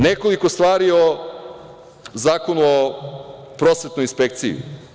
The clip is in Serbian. Nekoliko stvari o Zakonu o prosvetnoj inspekciji.